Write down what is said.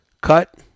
cut